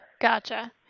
Gotcha